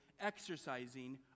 exercising